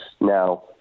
Now